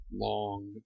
long